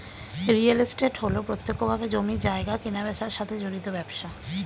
real estate হল প্রত্যক্ষভাবে জমি জায়গা কেনাবেচার সাথে জড়িত ব্যবসা